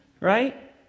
right